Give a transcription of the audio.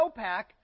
snowpack